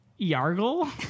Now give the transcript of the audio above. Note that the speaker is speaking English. Yargle